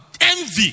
envy